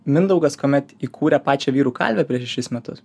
mindaugas kuomet įkūrė pačią vyrų kalvę prieš šešis metus